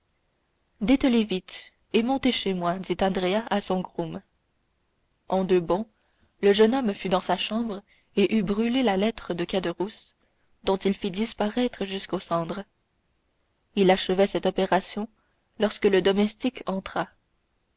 dételez vite et montez chez moi dit andrea à son groom en deux bonds le jeune homme fut dans sa chambre et eut brûlé la lettre de caderousse dont il fit disparaître jusqu'aux cendres il achevait cette opération lorsque le domestique entra